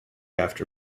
after